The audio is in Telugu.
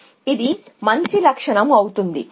మరియు అది మంచి లక్షణం అవుతుంది